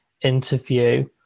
interview